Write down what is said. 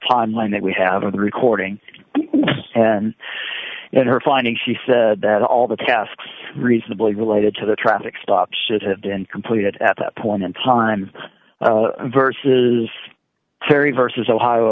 timeline that we have of the recording and her finding she said that all the tasks reasonably related to the traffic stop should have been completed at that point in time versus terry versus ohio